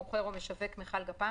מוכר או משווק מכל גפ"מ,